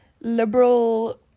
liberal